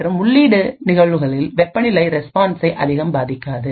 மற்றும் உள்ளீட்டு நிகழ்வுகளில் வெப்பநிலை ரெஸ்பான்ஸ்சை அதிகம் பாதிக்காது